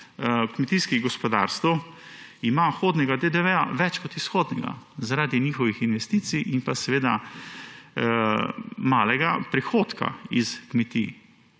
kmetijskih gospodarstev ima vhodnega DDV več kot izhodnega zaradi njihovih investicij in malega prihodka s kmetij.